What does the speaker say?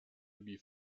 wie